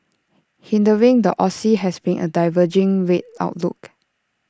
hindering the Aussie has been A diverging rate outlook